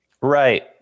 Right